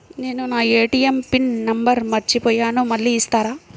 నేను నా ATM PIN number మర్చిపోయాను మళ్ళీ ఇస్తారా?